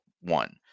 one